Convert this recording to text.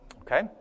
Okay